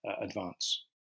advance